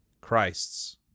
Christ's